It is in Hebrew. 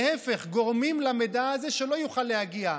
להפך, גורמים לכך שהמידע הזה לא יוכל להגיע.